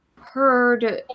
heard